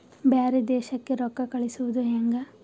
ಬ್ಯಾರೆ ದೇಶಕ್ಕೆ ರೊಕ್ಕ ಕಳಿಸುವುದು ಹ್ಯಾಂಗ?